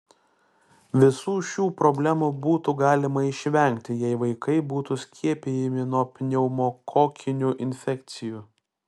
visų šių problemų būtų galima išvengti jei vaikai būtų skiepijami nuo pneumokokinių infekcijų